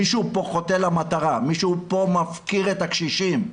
מישהו פה חוטא למטרה ומפקיר את הקשישים.